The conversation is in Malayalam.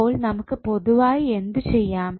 അപ്പോൾ നമുക്ക് പൊതുവായി എന്ത് ചെയ്യാം